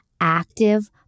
active